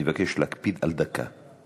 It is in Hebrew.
אני מבקש להקפיד על דקה.